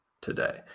today